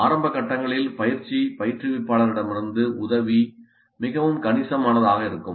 ஆரம்ப கட்டங்களில் பயிற்சி -பயிற்றுவிப்பாளரிடமிருந்து உதவி மிகவும் கணிசமானதாக இருக்கும்